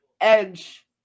Edge